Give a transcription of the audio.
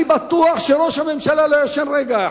אני בטוח שראש הממשלה לא ישן רגע אחד,